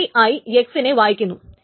Ti x നെ വായിക്കുന്നു